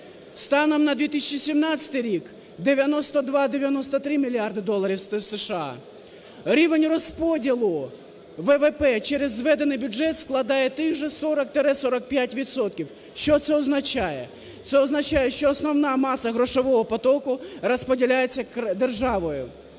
Станом на 2017 рік – 92-93 мільярди доларів США. Рівень розподілу ВВП через зведений бюджет складає тих же 40-45 відсотків. Що це означає? Це означає, що основна маса грошового потоку розподіляється державою.